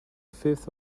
fifth